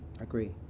agree